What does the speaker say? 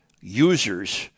users